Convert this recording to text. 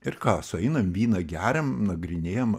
ir ką sueinam vyną geriam nagrinėjam